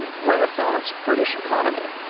and renaissance british economy.